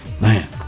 Man